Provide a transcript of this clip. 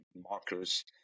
markers